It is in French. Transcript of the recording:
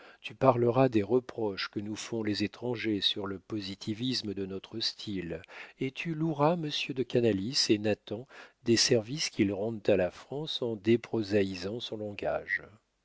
tu parleras des reproches que nous font les étrangers sur le positivisme de notre style et tu loueras monsieur de canalis et nathan des services qu'ils rendent à la france en déprosaïsant son langage